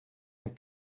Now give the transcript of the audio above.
een